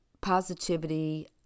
positivity